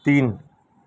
تین